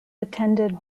attended